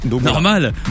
Normal